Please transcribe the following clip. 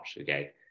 okay